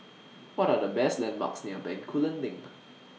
What Are The landmarks near Bencoolen LINK